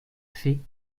fée